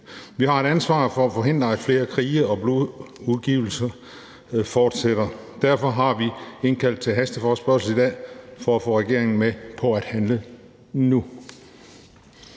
Vi har et ansvar for at forhindre, at krige og blodsudgydelser fortsætter. Derfor har vi indkaldt til en hasteforespørgsel i dag – for at få regeringen med på at handle nu.